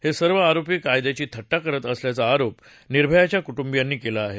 हे सर्व आरोपी कायद्याची थट्टा करत असल्याचा आरोप निर्भयाच्या कुटुंबियांनी केला आहे